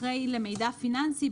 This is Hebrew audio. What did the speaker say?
אחרי למידע פיננסי,